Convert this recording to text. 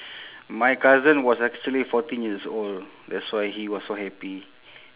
my cousin was actually fourteen years old that's why he was so happy